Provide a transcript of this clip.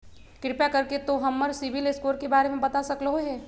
कृपया कर के तों हमर सिबिल स्कोर के बारे में बता सकलो हें?